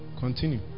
continue